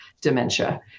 dementia